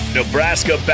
Nebraska